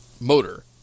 motor